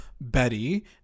Betty